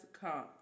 come